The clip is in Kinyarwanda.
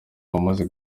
bamaze